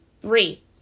three